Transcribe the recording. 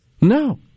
No